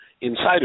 inside